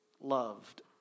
loved